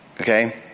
Okay